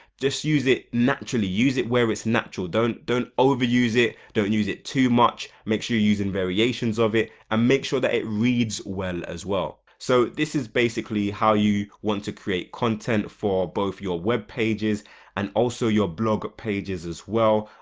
just use it naturally use it where it's natural don't don't overuse it, don't use it too much, make sure you are using variations of it and um make sure that it reads well as well. so this is basically how you want to create content for both your webpages and also your blog pages as well.